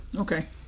Okay